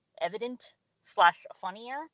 evident-slash-funnier